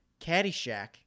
Caddyshack